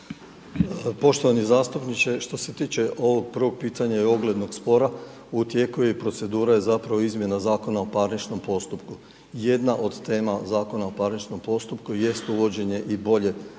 Poštovani zastupniče, što se tiče ovog prvog pitanja i oglednog spora, u tijeku je procedura i zapravo izmjena Zakon o parničnom postupku. Jedna od tema Zakon o parničnom postupku jest uvođenje i bolje